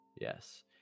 Yes